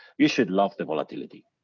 you should love the volatility.